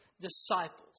disciples